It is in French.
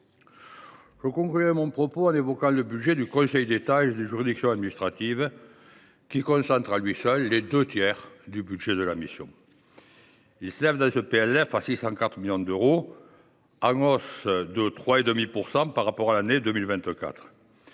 Je conclurai mon propos en évoquant le budget du Conseil d’État et des juridictions administratives, qui concentre à lui seul deux tiers des crédits de la mission. Il s’élève à 604 millions d’euros, en hausse de 3,5 % par rapport à l’année 2024.